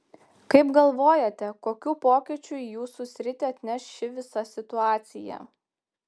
kaip galvojate kokių pokyčių į jūsų sritį atneš ši visa situacija